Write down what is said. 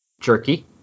Jerky